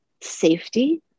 safety